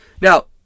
Now